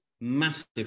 massive